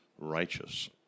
righteous